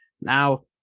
Now